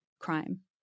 crime